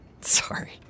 Sorry